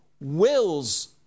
wills